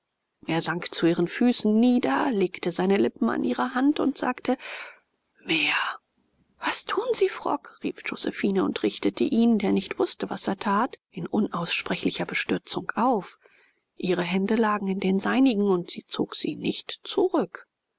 er sank zu ihren füßen nieder legte seine lippen an ihre hand und sagte mehr was tun sie frock rief josephine und richtete ihn der nicht wußte was er tat in unaussprechlicher bestürzung auf ihre hände lagen in den seinigen und sie zog sie nicht zurück